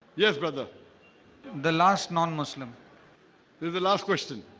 yes, brother the last non-muslim there's the last question.